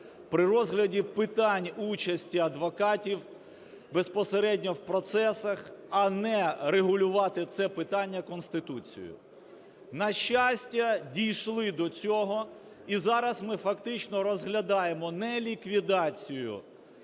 при розгляді питань участі адвокатів безпосередньо у процесах, а не регулювати це питання Конституцією. На щастя, дійшли до цього, і зараз ми, фактично, розглядаємо не ліквідацію